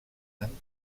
han